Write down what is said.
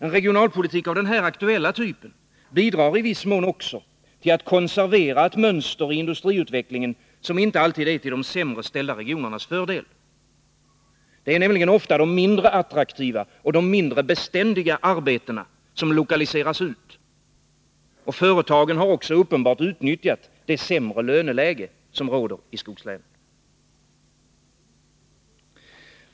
En regionalpolitik av den här aktuella typen bidrar i viss mån också till att konservera ett mönster i industriutvecklingen som inte alltid är till de sämre ställda regionernas fördel. Det är nämligen ofta de mindre attraktiva och de mindre beständiga arbetena som lokaliseras ut, och företagen har också uppenbart utnyttjat det sämre löneläge som råder i skogslänen.